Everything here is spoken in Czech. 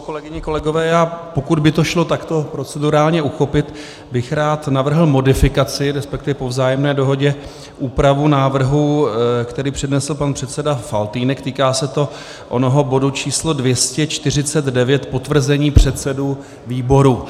Kolegyně, kolegové, pokud by to šlo takto procedurálně uchopit, bych rád navrhl modifikaci, resp. po vzájemné dohodě úpravu návrhu, který přednesl pan předseda Faltýnek, týká se to onoho bodu číslo 249 potvrzení předsedů výborů.